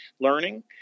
learning